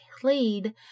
played